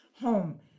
home